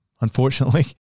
unfortunately